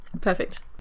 Perfect